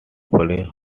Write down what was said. play